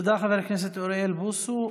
תודה, חבר הכנסת אוריאל בוסו.